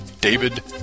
David